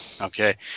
Okay